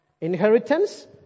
inheritance